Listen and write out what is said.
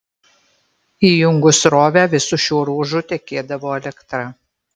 įjungus srovę visu šiuo ruožu tekėdavo elektra